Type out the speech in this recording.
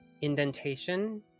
indentation